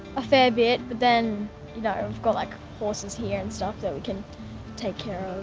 a fair bit but then we've got like horses here and stuff that we can take care